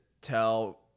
tell